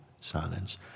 silence